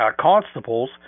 constables